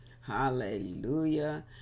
Hallelujah